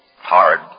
hard